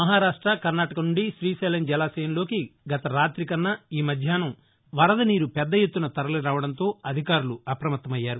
మహారాష్ట కర్ణాటక నుండి శ్రీతైలం జలాశయంలోకి గత రాతి కన్నా ఈ మధ్యాహ్నం వరదనీరు పెద్దఎత్తున తరలిరావడంతో అధికారులు అప్రమత్తమయ్యారు